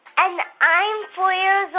and i'm four years